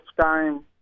time